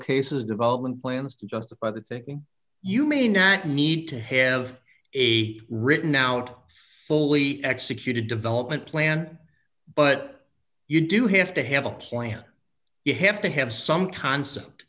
cases development plans to justify the thinking you may not need to have a written out fully executed development plan but you do have to have a plan you have to have some concept